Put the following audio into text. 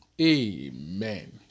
Amen